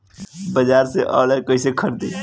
बाजार से आनलाइन चीज कैसे खरीदी?